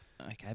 Okay